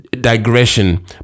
digression